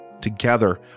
Together